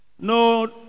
No